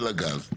של הגז,